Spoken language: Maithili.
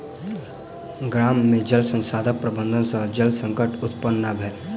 गाम में जल संसाधन प्रबंधन सॅ जल संकट उत्पन्न नै भेल